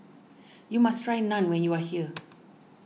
you must try Naan when you are here